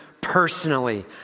personally